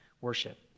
worship